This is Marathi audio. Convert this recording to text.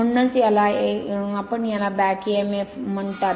म्हणूनच आपण याला बॅक emf आहात